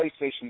PlayStation